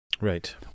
Right